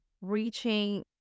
reaching